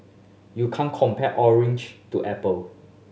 you can't compare orange to apple